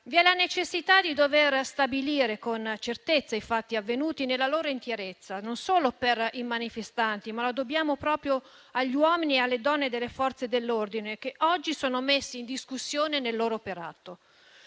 Vi è la necessità di stabilire con certezza i fatti avvenuti nella loro interezza, non solo per i manifestanti, ma lo dobbiamo proprio agli uomini e alle donne delle Forze dell'ordine che oggi sono messi in discussione nel loro operato.